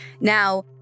Now